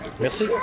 Merci